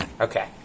Okay